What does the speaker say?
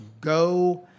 Go